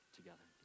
together